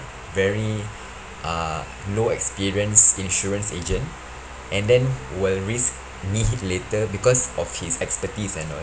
very uh low experience insurance agent and then will risk me later because of his expertise and all